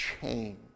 change